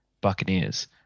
Buccaneers